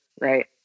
right